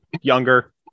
younger